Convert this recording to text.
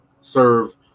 serve